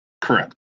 Correct